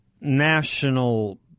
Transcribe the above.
national